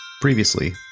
Previously